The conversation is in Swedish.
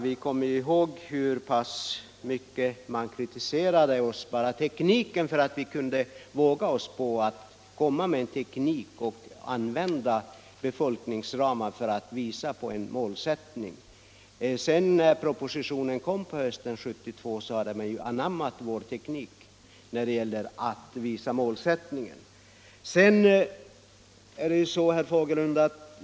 Vi kommer ihåg hur mycket man kritiserade oss, bara det att vi kunde våga oss på tekniken att använda befolkningsramar för att visa på en målsättning för samhällsplaneringen. När propositionen sedan kom på hösten 1972 hade man anammat vår teknik när det gällde att utvisa målsättningen.